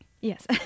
Yes